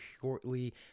shortly